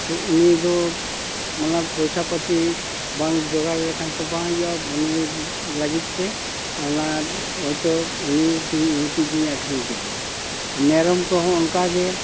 ᱛᱚ ᱩᱱᱤ ᱫᱚ ᱢᱟᱱᱮ ᱯᱚᱭᱥᱟ ᱯᱟᱛᱤ ᱵᱟᱝ ᱡᱚᱜᱟᱲ ᱞᱮᱠᱷᱟᱱ ᱛᱚ ᱵᱟᱝ ᱦᱩᱭᱩᱜᱼᱟ ᱩᱱᱤ ᱞᱟᱹᱜᱤᱫ ᱛᱮ ᱚᱱᱟ ᱦᱳᱭᱛᱳ ᱩᱱᱤ ᱢᱤᱫᱴᱮᱱ ᱤᱧ ᱟᱠᱷᱨᱤᱧ ᱠᱮᱫᱮᱭᱟ ᱢᱮᱨᱚᱢ ᱠᱚᱦᱚᱸ ᱚᱱᱠᱟ ᱜᱮ